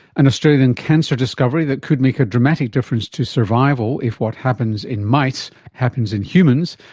an australian cancer discovery that could make a dramatic difference to survival if what happens in mice happens in humans.